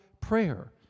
prayer